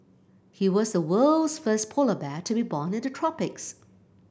he was the world's first polar bear to be born in the tropics